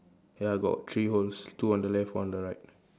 ya got three holes two on the left one on the right